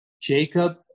Jacob